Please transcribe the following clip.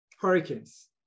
hurricanes